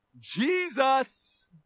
Jesus